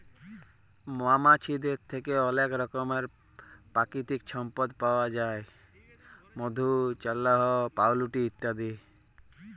মমাছিদের থ্যাকে অলেক রকমের পাকিতিক সম্পদ পাউয়া যায় মধু, চাল্লাহ, পাউরুটি ইত্যাদি